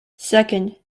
second